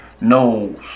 knows